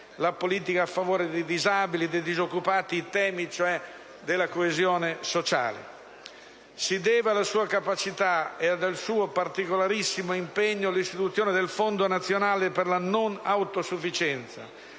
anziani, a favore dei disabili e dei disoccupati, cioè sui temi della coesione sociale. Si deve alla sua capacità e al suo particolarissimo impegno l'istituzione del Fondo nazionale per la non autosufficienza.